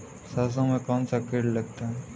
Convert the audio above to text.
सरसों में कौनसा कीट लगता है?